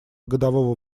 годового